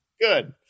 Good